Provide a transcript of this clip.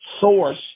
source